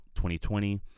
2020